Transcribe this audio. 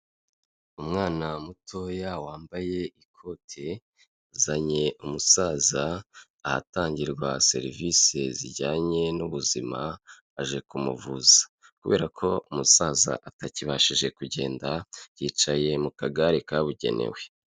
Umwana mutoya wambaye ikote, azanye umusaza ahatangirwa serivisi zijyanye n'ubuzima aje kumuvuza. Kubera ko umusaza atakibashije kugenda yicaye mu kagare kabugenewe.